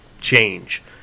change